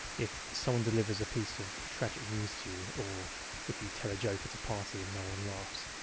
if someone delivers a piece of tragic news to you, or if you tell a joke at a party and no one laughs,